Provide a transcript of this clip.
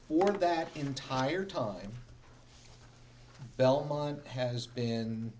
for that entire time belmont has been